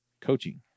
coaching